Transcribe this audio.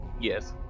Yes